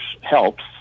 helps